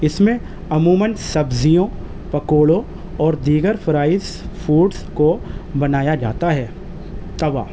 اس میں عموماً سبزیوں پکوڑوں اور دیگر فرائز فوڈس کو بنایا جاتا ہے توا